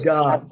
God